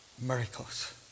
miracles